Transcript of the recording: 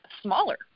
smaller